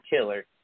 killer